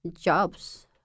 jobs